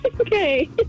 Okay